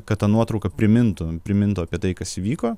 kad ta nuotrauka primintų primintų apie tai kas vyko